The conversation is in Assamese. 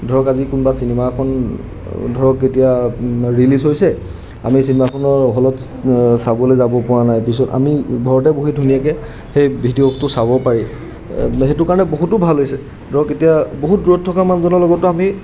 ধৰক আজি কোনোবা চিনেমা এখন ধৰক এতিয়া ৰিলিজ হৈছে আমি চিনেমাখনৰ হলত চাবলৈ যাব পৰা নাই পিছত আমি ঘৰতে বহি ধুনীয়াকৈ সেই ভিডিঅ'টো চাব পাৰি সেইটো কাৰণে বহুতো ভাল হৈছে ধৰক এতিয়া বহুত দূৰত থকা মানুহজনৰ লগতো আমি